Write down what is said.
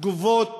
תגובות